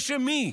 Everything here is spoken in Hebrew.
בשם מי?